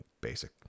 basic